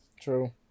True